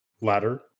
ladder